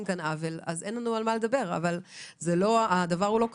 כאן עוול אין לנו יותר מה לדבר אבל הדבר הוא לא כך.